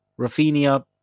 Rafinha